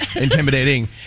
intimidating